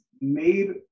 made